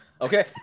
Okay